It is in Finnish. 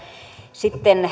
sitten